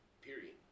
Period